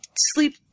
sleep